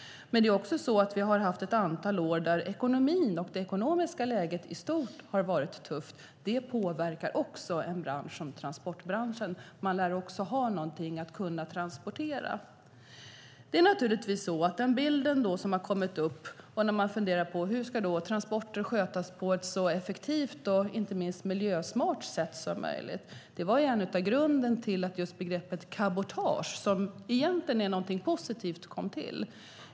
Vi har också haft ett antal år där ekonomin och det ekonomiska läget i stort har varit tufft. Det påverkar också en bransch som transportbranschen. Det måste finnas något att transportera. Man kan fundera på hur transporter ska skötas på ett så effektivt och inte minst miljösmart sätt som möjligt. Det var grunden till att begreppet cabotage, som egentligen är någonting positivt, kom till.